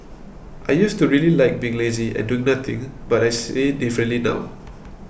I used to really like being lazy and doing nothing but I see differently now